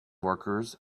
workers